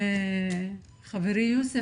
חברי יוסף,